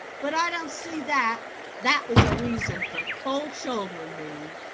but i don't see that that was a reason for cold-shouldering me.